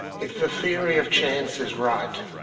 if the theory of chance is right,